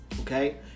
okay